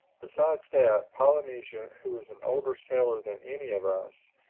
besides that, polynesia, who was an older sailor than any of us,